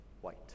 white